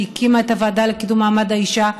שהקימה את הוועדה לקידום מעמד האישה,